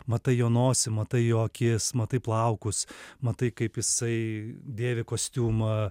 matai jo nosį matai jo akis matai plaukus matai kaip jisai dėvi kostiumą